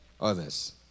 others